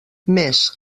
més